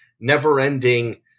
never-ending